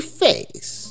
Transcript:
face